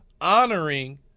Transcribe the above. honoring